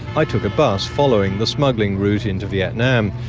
i took a bus following the smuggling route into vietnam,